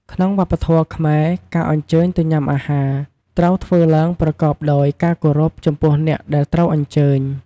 ក្នុងវប្បធម៍ខ្មែរ ការអញ្ជើញទៅញ៉ាំអាហារ ត្រូវធ្វើឡើងប្រកបដោយការគោរពចំពោះអ្នកដែលត្រូវអញ្ជើញ។